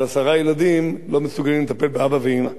אבל עשרה ילדים לא מסוגלים לטפל באבא ואמא.